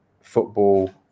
football